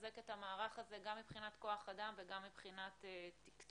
לחזק את המערך הזה גם מבחינת כוח אדם וגם מבחינת תקצוב.